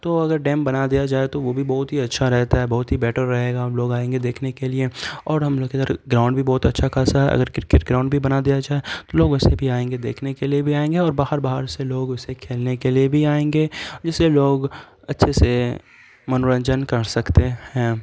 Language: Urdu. تو اگر ڈیم بنا دیا جائے تو وہ بھی بہت ہی اچھا رہتا ہے بہت ہی بیٹر رہے گا ہم لوگ آئیں گے دیکھنے کے لیے اور ہم لوگ کے ادھر گراؤنڈ بھی بہت اچھا کھاصہ ہے اگر کرکٹ گراؤنڈ بھی بنا دیا جائے تو لوگ اسے بھی آئیں گے دیکھنے کے لیے بھی آئیں گے اور باہر باہر سے لوگ اسے کھیلنے کے لیے بھی آئیں گے جس سے لوگ اچھے سے منورنجن کر سکتے ہیں